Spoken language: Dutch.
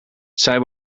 zij